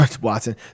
Watson